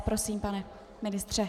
Prosím, pane ministře.